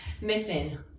missing